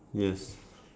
yes